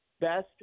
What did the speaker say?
best